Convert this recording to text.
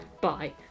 bye